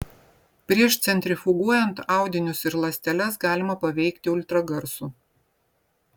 prieš centrifuguojant audinius ir ląsteles galima paveikti ultragarsu